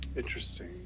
Interesting